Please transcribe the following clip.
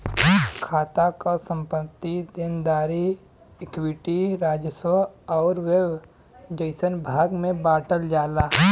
खाता क संपत्ति, देनदारी, इक्विटी, राजस्व आउर व्यय जइसन भाग में बांटल जाला